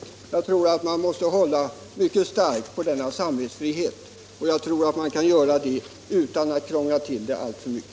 Jag tror att man måste hålla mycket starkt på denna samvetsfrihet, och jag tror att man kan göra det utan att krångla till det hela alltför mycket.